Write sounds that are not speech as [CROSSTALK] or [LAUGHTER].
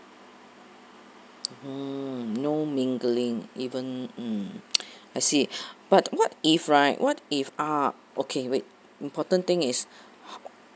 [NOISE] mm no mingling even mm [NOISE] I see but what if right what if uh okay wait important thing is